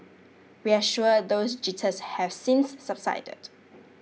we're sure those jitters have since subsided